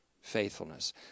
faithfulness